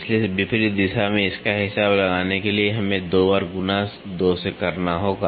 इसलिए विपरीत दिशा में इसका हिसाब लगाने के लिए हमें 2 बार गुणा 2 से गुणा करना होगा